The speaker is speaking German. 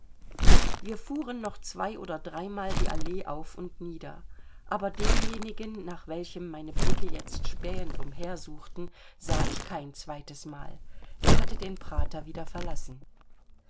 wir fuhren noch zwei oder dreimal die allee auf und nieder aber denjenigen nach welchem meine blicke jetzt spähend umhersuchten sah ich kein zweites mal er hatte den prater wieder verlassen